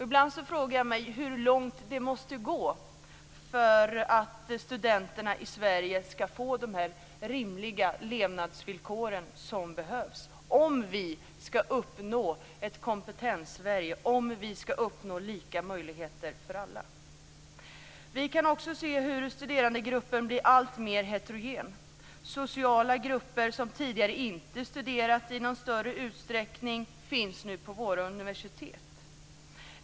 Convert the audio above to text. Ibland frågar jag mig hur långt det måste gå för att studenterna i Sverige skall få de rimliga levnadsvillkor som behövs om vi skall uppnå ett Kompetenssverige och lika möjligheter för alla. Vi kan också se hur studerandegruppen blir alltmer heterogen. Sociala grupper som tidigare inte studerat i någon större utsträckning finns nu på våra universitet.